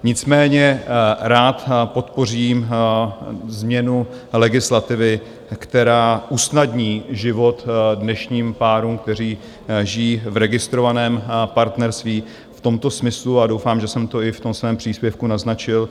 Nicméně rád podpořím změnu legislativy, která usnadní život dnešním párům, které žijí v registrovaném partnerství v tomto smyslu, a doufám, že jsem to i ve svém příspěvku naznačil.